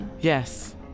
yes